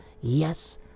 Yes